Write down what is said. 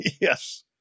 Yes